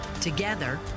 Together